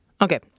Okay